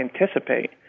anticipate